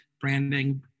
branding